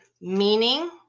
meaning